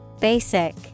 Basic